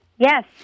Yes